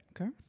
okay